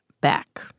back